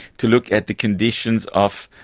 to look at the conditions of